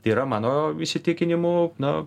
yra mano įsitikinimu nu